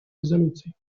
резолюций